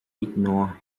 ignore